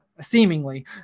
seemingly